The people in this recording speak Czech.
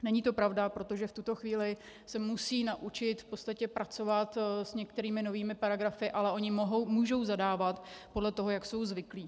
Není to pravda, protože v tuto chvíli se musí naučit v podstatě pracovat s některými novými paragrafy, ale oni můžou zadávat podle toho, jak jsou zvyklí.